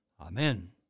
Amen